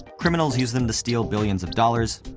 criminals use them to steal billions of dollars,